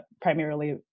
primarily